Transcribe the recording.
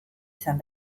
izan